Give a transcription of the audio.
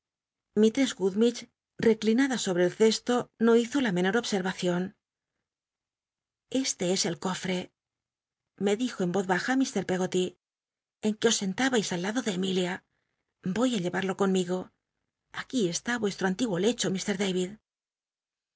reclinada sobre el cesto no hizo la menor obscrvacion este es el cofre me dijo en voz baja lfr pcggoty en que os sentabais al iado de emili voy á llevarlo conmigo aquí est i vuestto anli uo lecho lr